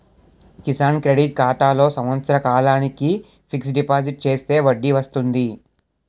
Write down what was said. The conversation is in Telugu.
కిసాన్ క్రెడిట్ ఖాతాలో సంవత్సర కాలానికి ఫిక్స్ డిపాజిట్ చేస్తే వడ్డీ వస్తుంది